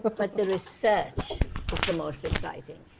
but but the research is the most exciting.